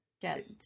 Get